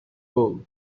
goal